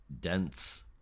dense